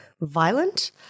violent